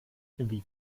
wie